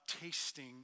tasting